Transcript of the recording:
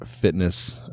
fitness